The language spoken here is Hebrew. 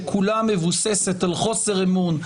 שכולה מבוססת על חוסר אמון,